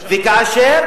לא שמעתי.